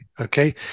Okay